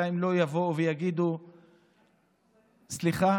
1445. אדוני היושב-ראש,